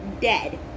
dead